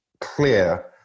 clear